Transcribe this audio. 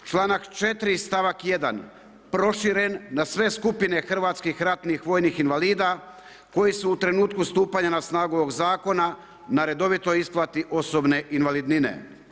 Članak 4. stavak 1. proširen na sve skupine hrvatskih ratnih vojnih invalida koji su u trenutku stupanja na snagu ovog zakona na redovitoj isplati osobne invalidnine.